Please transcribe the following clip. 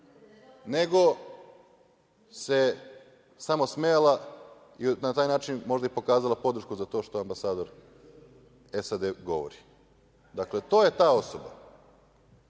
nego se samo smejala i na taj način možda i pokazala podršku za to što ambasador SAD govori. Dakle, to je ta osoba.